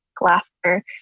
laughter